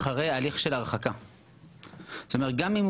גם אם בתוך שישה חודשים הוא עדיין בתוך הליך של הרחקה,